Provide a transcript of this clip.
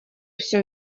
все